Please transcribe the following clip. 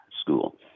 School